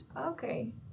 Okay